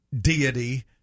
deity